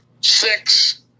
six